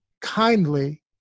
kindly